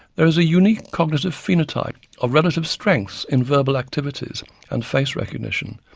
there is a unique cognitive phenotype of relative strengths in verbal activities and face recognition,